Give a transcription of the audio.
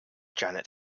janet